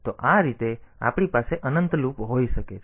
તો આ રીતે આપણી પાસે અનંત લૂપ હોઈ શકે છે